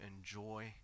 enjoy